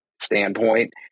standpoint